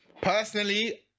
Personally